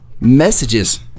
messages